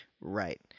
Right